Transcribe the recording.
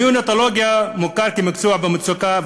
הנאונטולוגיה מוכרת כמקצוע במצוקה,